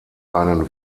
einen